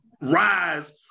rise